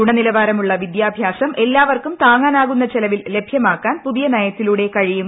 ഗുണനിലവാരമുള്ള വിദ്യാഭ്യാസം എല്ലാവർക്കും താങ്ങാനാകുന്ന ചെലവിൽ ലഭ്യമാക്കാൻ പുതിയ നയത്തിലൂടെ കഴിയും